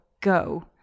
go